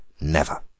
Never